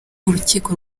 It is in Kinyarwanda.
urukiko